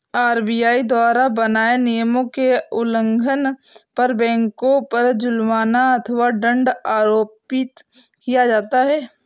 RBI द्वारा बनाए नियमों के उल्लंघन पर बैंकों पर जुर्माना अथवा दंड आरोपित किया जाता है